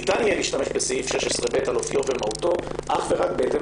ניתן יהיה להשתמש בסעיף 16ב על "אופיו ומהותו" אך ורק בהתאם